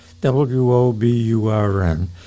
W-O-B-U-R-N